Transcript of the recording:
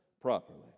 properly